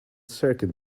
circuit